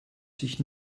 sich